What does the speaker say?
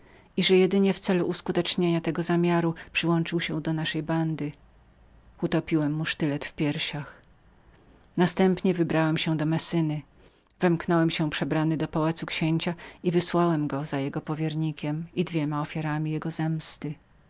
i że jedynie w celu uskutecznienia tego zamiaru przyłączył się do naszej bandy utopiłem mu sztylet w piersiach następnie wybrałem się do messyny wemknąłem się przebrany do pałacu księcia i wysłałem go za jego powiernikiem i dwoma mojemi ofiarami